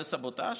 זה סבוטז'?